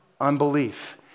unbelief